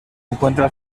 encuentra